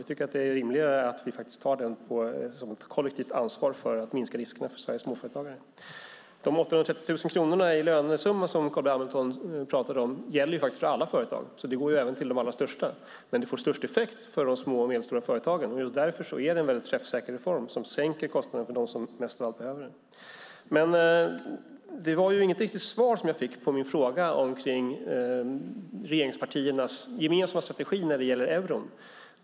Vi tycker att det är rimligare att vi faktiskt tar den som ett kollektivt ansvar för att minska riskerna för Sveriges småföretagare. De 830 000 kronorna i lönesumma som Carl B Hamilton pratade om gäller faktiskt för alla företag, så det går även till de allra största. Det får dock störst effekt för de små och medelstora företagen, och just därför är det en väldigt träffsäker reform som sänker kostnaderna för dem som mest av allt behöver det. Det var inget riktigt svar jag fick på min fråga om regeringspartiernas gemensamma strategi när det gäller euron.